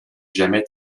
jamais